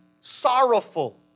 sorrowful